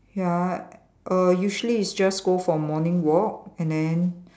ya err usually is just go for morning walk and then